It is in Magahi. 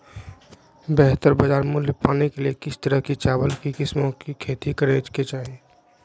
बेहतर बाजार मूल्य पाने के लिए किस तरह की चावल की किस्मों की खेती करे के चाहि?